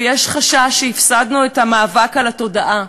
ויש חשש שהפסדנו את המאבק על התודעה.